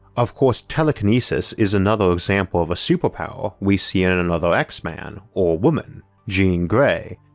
of course telekinesis is another example of a superpower we see in and another x-man, or woman, jean grey,